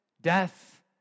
death